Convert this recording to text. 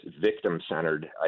victim-centered